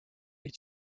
est